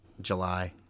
july